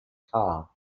car